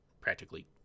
practically